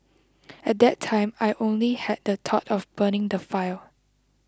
at that time I only had the thought of burning the file